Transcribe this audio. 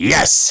Yes